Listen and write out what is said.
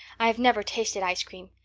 i have never tasted ice cream.